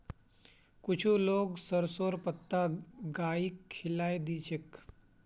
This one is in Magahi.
कुछू लोग सरसोंर पत्ता गाइक खिलइ दी छेक